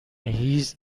هیز